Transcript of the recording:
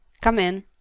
come in,